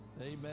Amen